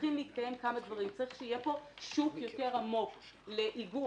צריכים להתקיים כמה דברים: צריך שיהיה פה שוק יותר עמוק לאיגו"ח,